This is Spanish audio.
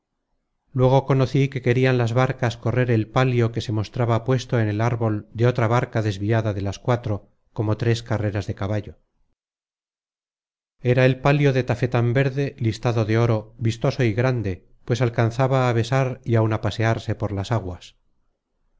luego conocí que querian las barcas correr el palio que se content from google book search generated at cuatro como tres carreras de caballo era el palio de tafetan verde listado de oro vistoso y grande pues alcanzaba á besar y áun á pasearse por las aguas